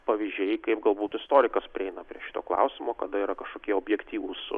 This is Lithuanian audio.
pavyzdžiai kaip galbūt istorikas prieina prie šito klausimo kada yra kažkokie objektyvūs